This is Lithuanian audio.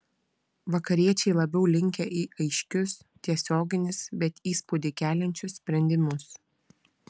vakariečiai labiau linkę į aiškius tiesioginius bet įspūdį keliančius sprendimus